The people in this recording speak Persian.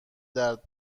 درد